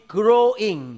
growing